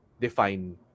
define